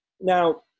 Now